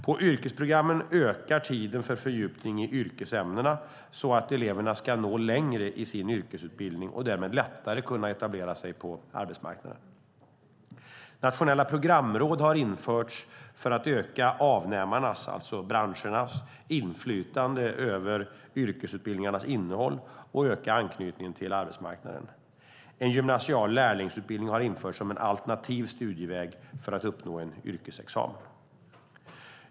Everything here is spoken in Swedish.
På yrkesprogrammen ökar tiden för fördjupning i yrkesämnena så att eleverna ska nå längre i sin yrkesutbildning och därmed lättare kunna etablera sig på arbetsmarknaden. Nationella programråd har införts för att öka avnämarnas, alltså branschernas, inflytande över yrkesutbildningarnas innehåll och öka anknytningen till arbetsmarknaden. En gymnasial lärlingsutbildning har införts som en alternativ studieväg för att uppnå en yrkesexamen.